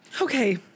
Okay